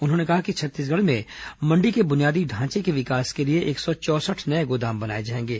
उन्होंने कहा कि छत्तीसगढ़ में मण्डी के बुनियादी ढांचे के विकास के लिए एक सौ चौंसठ नये गोदाम बनाए जाएंगे